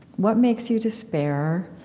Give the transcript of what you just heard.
what makes you despair,